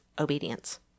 obedience